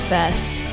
First